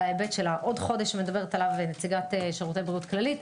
ההיבט של עוד חודש שמדברת עליו נציגת שירותי בריאות כללית,